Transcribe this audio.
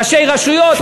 ראשי רשויות,